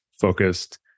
focused